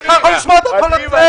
אם אתה לא יכול לשמוע אתה יכול לצאת.